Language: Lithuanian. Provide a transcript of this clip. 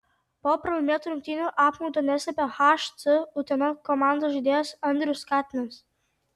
po pralaimėtų rungtynių apmaudo neslėpė hc utena komandos žaidėjas andrius katinas